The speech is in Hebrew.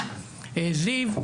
זיו,